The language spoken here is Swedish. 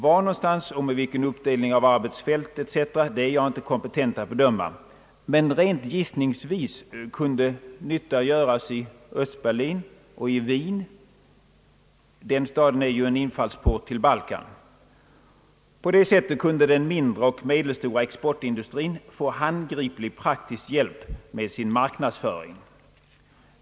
Var och med vilken uppdelning av arbetsfält etc. är jag inte kompetent att bedöma, men rent gissningsvis kunde nytta göras i Östberlin och i Wien, som är en inkörsport till Balkan. På det sättet kunde den mindre och medelstora exportindustrin få handgriplig praktisk hjälp med sin marknadsföring.